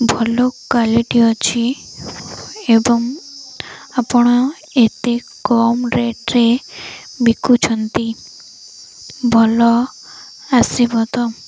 ଭଲ କ୍ୱାଲିଟି ଅଛି ଏବଂ ଆପଣ ଏତେ କମ୍ ରେଟ୍ରେ ବିକୁଛନ୍ତି ଭଲ ଆସିବ ତ